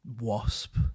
Wasp